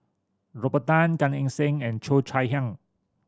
Robert Tan Gan Eng Seng and Cheo Chai Hiang